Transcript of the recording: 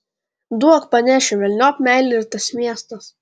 duok panešiu velniop meilė ir tas miestas